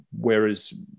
Whereas